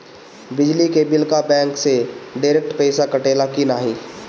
बिजली के बिल का बैंक से डिरेक्ट पइसा कटेला की नाहीं?